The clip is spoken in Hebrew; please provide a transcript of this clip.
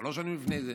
שלוש שנים לפני זה.